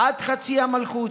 עד חצי המלכות.